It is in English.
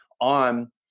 on